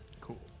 Cool